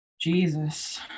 Jesus